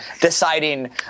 deciding